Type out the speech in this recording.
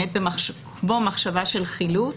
מחשבה של חילוט,